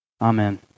Amen